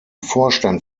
vorstand